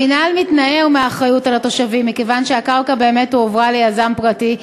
המינהל מתנער מאחריות לתושבים מכיוון שהקרקע באמת הועברה ליזם פרטי,